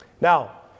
Now